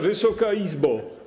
Wysoka Izbo!